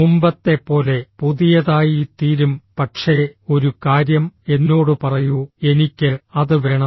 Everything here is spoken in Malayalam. മുമ്പത്തെപ്പോലെ പുതിയതായിത്തീരും പക്ഷേ ഒരു കാര്യം എന്നോട് പറയൂ എനിക്ക് അത് വേണം